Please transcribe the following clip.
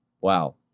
Wow